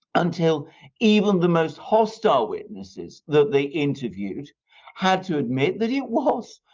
until even the most hostile witnesses that they interviewed had to admit that it was.